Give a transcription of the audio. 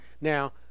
Now